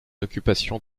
occupation